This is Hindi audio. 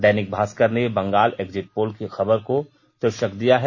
दैनिक भास्कर ने बंगाल एक्जिट पोल की खबर को शीर्षक दिया है